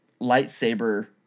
lightsaber